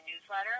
newsletter